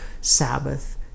Sabbath